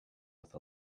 with